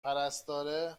پرستاره